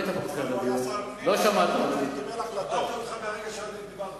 שמעתי אותך מהרגע שדיברת.